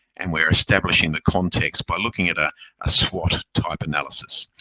and we're establishing the context by looking at a ah swot type analysis.